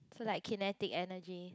so like kinetic energy